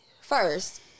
first